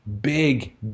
big